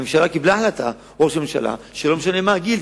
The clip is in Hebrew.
ראש הממשלה קיבל החלטה שלא משנה מה הגיל,